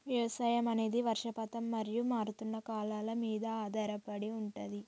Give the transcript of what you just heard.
వ్యవసాయం అనేది వర్షపాతం మరియు మారుతున్న కాలాల మీద ఆధారపడి ఉంటది